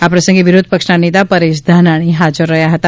આ પ્રસંગે વિરોધ પક્ષના નેતા પરેશ ધાનાણી હાજર હતા